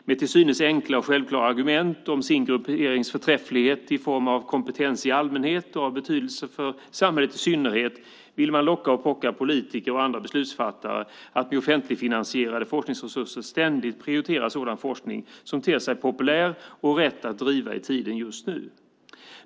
Med till synes enkla och självklara argument om sin grupperings förträfflighet i form av kompetens i allmänhet och av betydelse för samhället i synnerhet vill man locka och pocka politiker och andra beslutsfattare att med offentligfinansierade forskningsresurser ständigt prioritera sådan forskning som ter sig populär och rätt att driva i tiden just nu.